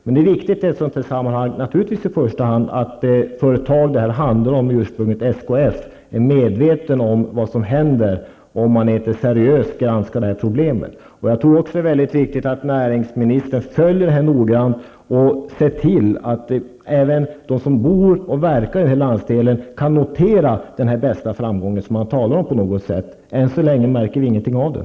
Men det är i ett sådant här sammanhang viktigt att det företag som det här handlar om -- SKF -- i första hand är medvetet om vad som händer om man inte seriöst granskar problemet. Jag tror också att det är viktigt att näringsministern följer utvecklingen här noggrant och ser till att även de som bor och verkar i den här landsändan på något sätt kan notera den största framgången, som man talar om. Än så länge märker vi ingenting av den.